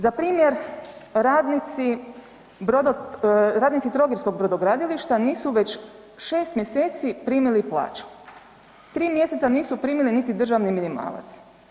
Za primjer radnici trogirskog brodogradilišta nisu već 6 mjeseci primili plaću, 3 mjeseca nisu primili niti državni minimalac.